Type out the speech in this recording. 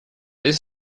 east